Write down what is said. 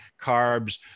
carbs